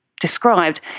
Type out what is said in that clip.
described